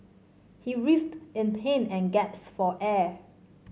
he writhed in pain and gasped for air